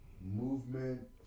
movement